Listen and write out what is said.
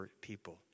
people